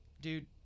Dude